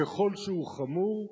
ככל שהוא חמור,